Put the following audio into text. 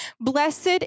Blessed